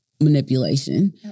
manipulation